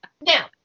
Now